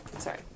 Sorry